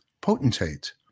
potentate